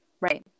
right